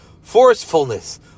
forcefulness